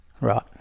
Right